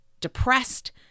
depressed